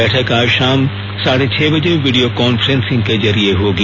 बैठक आज शाम साढ़े छह बजे वीडियो कांफ्रेंसिग के जरिये होगी